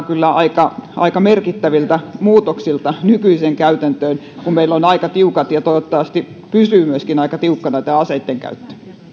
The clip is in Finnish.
kyllä aika aika merkittäviltä muutoksilta nykyiseen käytäntöön kun meillä on aika tiukkaa ja toivottavasti myöskin pysyy aika tiukkana tämä aseitten käyttö